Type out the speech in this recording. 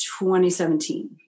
2017